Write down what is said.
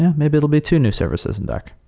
yeah maybe it will be two new services in dark